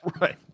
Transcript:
Right